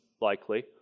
likely